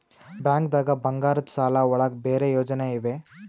ಬ್ಯಾಂಕ್ದಾಗ ಬಂಗಾರದ್ ಸಾಲದ್ ಒಳಗ್ ಬೇರೆ ಯೋಜನೆ ಇವೆ?